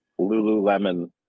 Lululemon